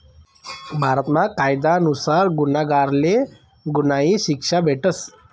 भारतमा कायदा नुसार गुन्हागारले गुन्हानी शिक्षा भेटस